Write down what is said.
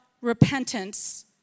repentance